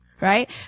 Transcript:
Right